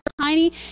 tiny